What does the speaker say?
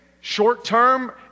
short-term